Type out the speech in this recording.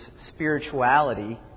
spirituality